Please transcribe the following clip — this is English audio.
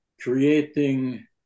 creating